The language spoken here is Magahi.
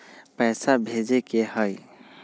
पैसा भेजे के हाइ?